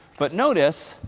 but notice,